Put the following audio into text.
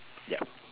yup